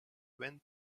went